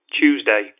Tuesday